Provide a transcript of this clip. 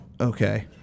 okay